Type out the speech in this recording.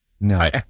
No